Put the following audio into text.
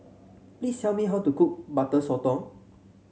please tell me how to cook Butter Sotong